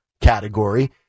category